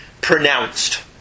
pronounced